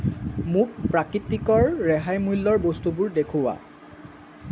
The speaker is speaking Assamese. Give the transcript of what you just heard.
মোক প্ৰাকৃতিকৰ ৰেহাই মূল্যৰ বস্তুবোৰ দেখুওৱা